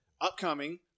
upcoming